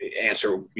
answer